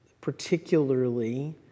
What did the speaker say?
particularly